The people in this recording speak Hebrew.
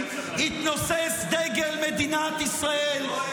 יתנוססו דגל מדינת ישראל -- לא יהיה.